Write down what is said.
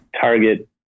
target